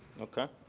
okay.